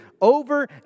over